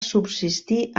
subsistir